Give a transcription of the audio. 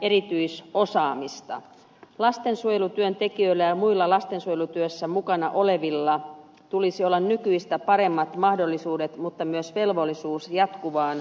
lastensuojelutyöntekijöillä ja muilla lastensuojelutyössä mukana olevilla tulisi olla nykyistä paremmat mahdollisuudet mutta myös velvollisuus jatkuvaan täydennyskoulutukseen